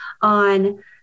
on